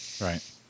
Right